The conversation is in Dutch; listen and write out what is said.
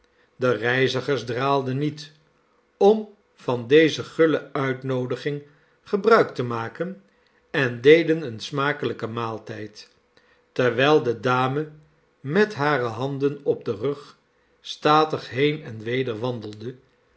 de reizigers draalden niet om van deze guile uitnoodiging gebruik te maken en deden een smakelijken maaltijd terwijl de dame met hare handen op den rug statig heen en weder wandelde